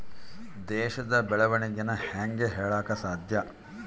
ದೇಶದ ಬೆಳೆವಣಿಗೆನ ಹೇಂಗೆ ಹೇಳಕ ಸಾಧ್ಯ?